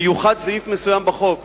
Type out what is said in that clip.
ויוחד סעיף מסוים בחוק,